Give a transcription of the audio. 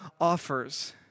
offers